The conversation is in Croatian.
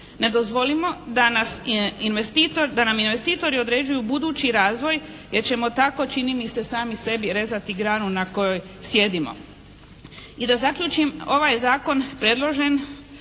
Ne dozvolimo da nam investitori određuju budući razvoj jer ćemo tako čini mi se, sami sebi rezati granu na kojoj sjedimo. I da zaključim. Ovaj predloženi